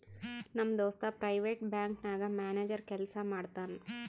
ನಮ್ ದೋಸ್ತ private bank ನಾಗ್ ಮ್ಯಾನೇಜರ್ ಕೆಲ್ಸಾ ಮಾಡ್ತಾನ್